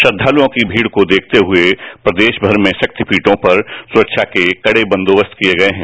श्रद्वालुओं की भारी भीड़ को देखते हुए प्रदेश भर में शक्तिपीठों पर सुरक्षा के लिए कड़े बंदोबस्त किए गए हैं